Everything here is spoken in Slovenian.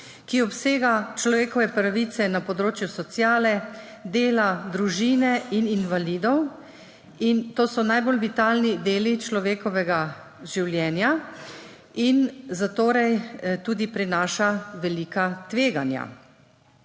ki obsega človekove pravice na področju sociale, dela, družine in invalidov, to so najbolj vitalni deli človekovega življenja in zatorej tudi prinašajo velika tveganja.